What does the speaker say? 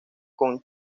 con